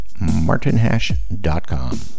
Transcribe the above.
martinhash.com